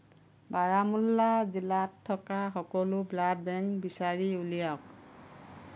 বাৰামুল্লা জিলাত থকা সকলো ব্লাড বেংক বিচাৰি উলিয়াওক